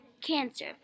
cancer